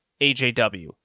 AJW